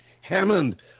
Hammond